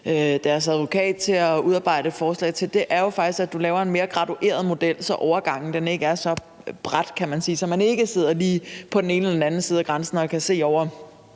deres advokat til at udarbejde et forslag om, er jo faktisk, at du laver en mere gradueret model, så overgangen ikke er så brat, kan man sige, altså så man ikke sidder lige på den ene eller den anden side af grænsen og kan se over